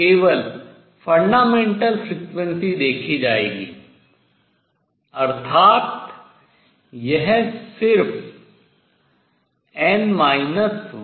केवल fundamental frequency मूल आवृत्ति देखी जाएगी अर्थात यह सिर्फ n 1 नहीं है